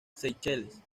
seychelles